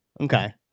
Okay